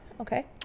Okay